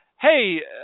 Hey